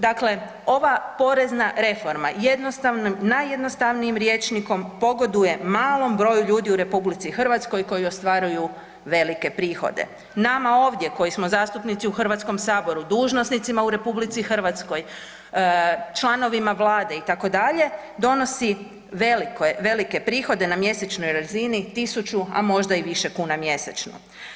Dakle, ova porezna reforma jednostavnim, najjednostavnijim rječnikom pogoduje malom broju ljudi u RH koji ostvaruju velike prihode, nama ovdje koji smo zastupnici u HS, dužnosnicima u RH, članovima Vlade itd. donosi velike prihode na mjesečnoj razini tisuću, a možda i više kuna mjesečno.